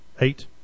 eight